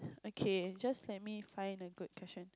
okay just let me find a good question